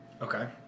Okay